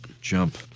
Jump